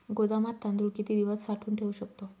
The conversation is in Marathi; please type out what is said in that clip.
गोदामात तांदूळ किती दिवस साठवून ठेवू शकतो?